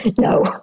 No